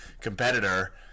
competitor